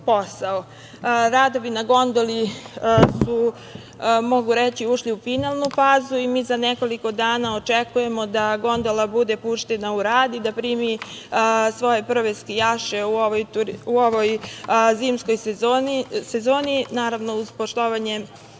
posao. Radovi na gondoli su, mogu reći, ušli u finalnu fazu i za nekoliko dana očekujemo da gondola bude puštena u rad i da primi svoje prve skijaše u ovoj zimskoj sezoni, naravno uz poštovanje